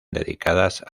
dedicadas